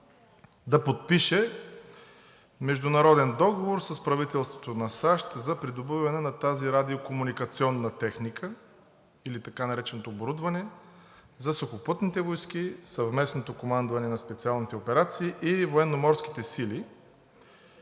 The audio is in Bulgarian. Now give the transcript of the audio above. да подпише международен договор с правителството на САЩ за придобиване на тази радио-комуникационна техника, или така нареченото оборудване за сухопътните войски, съвместното командване на специалните операции и военноморските сили.